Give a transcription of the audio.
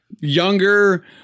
Younger